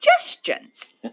suggestions